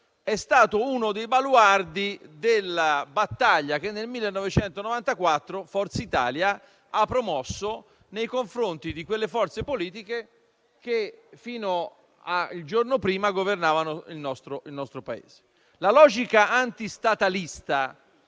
è stato uno dei temi centrali della battaglia che, nel 1994, Forza Italia ha promosso nei confronti di quelle forze politiche che, fino al giorno prima, governavano il nostro Paese. La logica antistatalista